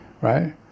right